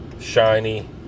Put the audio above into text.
Shiny